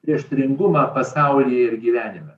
prieštaringumą pasauly ir gyvenime